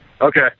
okay